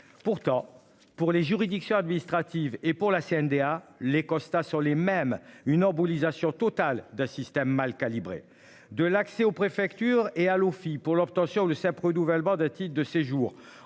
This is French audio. Pourtant, pour les juridictions administratives et pour la CNDA les Costa sur les mêmes une embolisation totale d'Assystem mal calibrée de l'accès aux préfectures et à pour l'obtention de sa nouvelle bande à titre de séjour